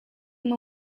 them